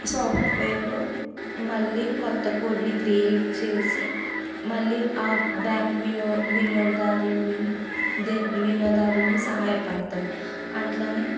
సాఫ్ట్వేర్లు మళ్ళీ కొత్త కోడ్ని క్రియేట్ చేసి మళ్ళీ ఆ బ్యాంక్ వియో వినియోగదారులు వినియోగదారులకు సహాయపడతారు అట్లనే